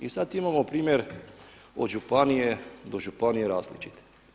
I sad imamo primjer od županije do županije različit.